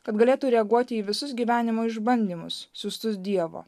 kad galėtų reaguoti į visus gyvenimo išbandymus siųstus dievo